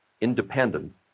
independent